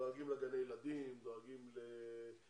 דואגים לגני הילדים, דואגים לדיור.